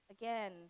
again